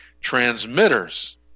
transmitters